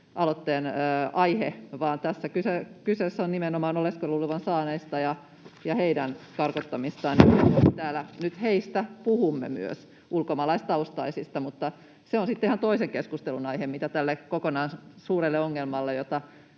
kansalaisaloitteen aihe, vaan tässä ovat kyseessä nimenomaan oleskeluluvan saaneet ja heidän karkottamisensa, ja puhumme täällä nyt heistä, ulkomaalaistaustaisista. Se on sitten ihan toisen keskustelun aihe, mitä tehdään tälle koko suurelle ongelmalle, jota